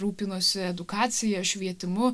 rūpinosi edukacija švietimu